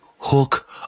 Hook